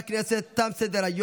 תשעה בעד, אין מתנגדים.